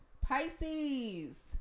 Pisces